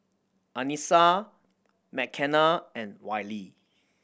Anissa Mckenna and Wiley